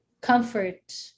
comfort